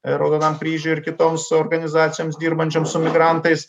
raudonam kryžiui ir kitoms organizacijoms dirbančioms su migrantais